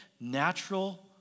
natural